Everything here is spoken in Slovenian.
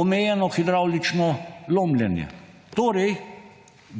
omejeno hidravlično lomljenje. Torej,